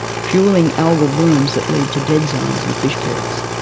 fuelling algal blooms that lead to dead zones and fish kills.